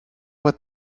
what